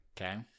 Okay